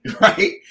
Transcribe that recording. right